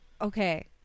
Okay